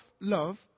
love